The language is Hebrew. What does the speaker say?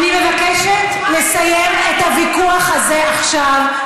אני מבקשת לסיים את הוויכוח הזה עכשיו.